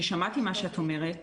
ששמעתי מה שאת אומרת